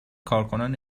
کارکنان